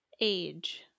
Age